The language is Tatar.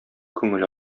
күңел